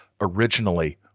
originally